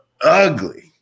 ugly